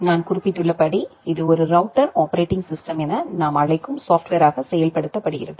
நான் குறிப்பிட்டுள்ளபடி இது ஒரு ரௌட்டர் ஆப்பரேட்டிங் சிஸ்டம் என நாம் அழைக்கும் சாப்ட்வேர்ராக செயல்படுத்தப்படுகிறது